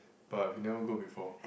but we never go before